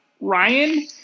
Ryan